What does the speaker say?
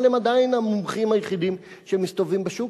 אבל הם עדיין המומחים היחידים שמסתובבים בשוק,